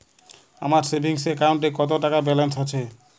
আমার সেভিংস অ্যাকাউন্টে কত টাকা ব্যালেন্স আছে?